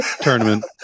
tournament